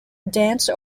dance